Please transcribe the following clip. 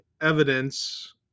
evidence